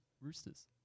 Roosters